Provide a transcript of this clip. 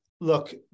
look